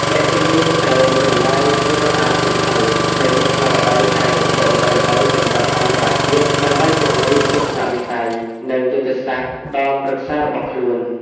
អ្នកជំនាញត្រូវចំណាយពេលអានសៀវភៅ និងទស្សនាវដ្ដីហិរញ្ញវត្ថុល្បីៗកម្រិតអន្តរជាតិ ដើម្បីពង្រីកទស្សនវិស័យ និងយុទ្ធសាស្ត្រផ្ដល់ប្រឹក្សារបស់ខ្លួន។